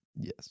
Yes